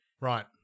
Right